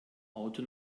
auto